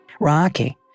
rocky